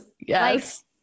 yes